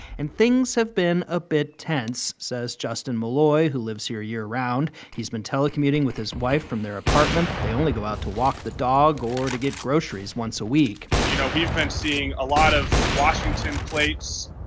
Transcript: and things have been a bit tense, says justin malloy, who lives here year round. he's been telecommuting with his wife from their apartment. they only go out to walk the dog or to get groceries once a week you know, we've been seeing a lot of washington plates,